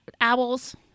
owls